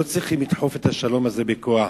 לא צריך לדחוף את השלום הזה בכוח.